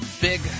big